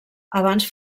abans